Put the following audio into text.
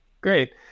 Great